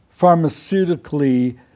pharmaceutically